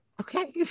okay